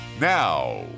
Now